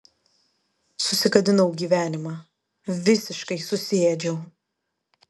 susigadinau gyvenimą visiškai susiėdžiau